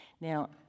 Now